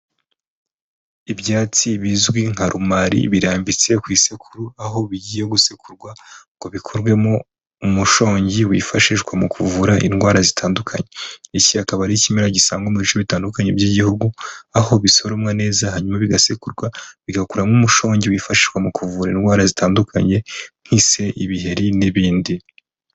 Ibyatsi bizwi nka rumari, birambitse ku isekuru aho bigiye gusekurwa ngo bikorwemo umushongi, wifashishwa mu kuvura indwara zitandukanye, iki akaba ari ikimera gisangwa mu bice bitandukanye by'igihugu aho bisoromwa neza, hanyuma bigasekurwa, bigakurwamo umushongi wifashishwa mu kuvura indwara zitandukanye nk'ise, ibiheri n'ibindi.